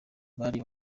bari